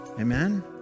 Amen